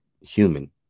human